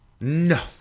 No